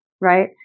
right